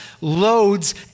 loads